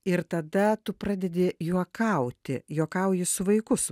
ir tada tu pradedi juokauti juokauji su vaiku su